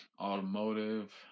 automotive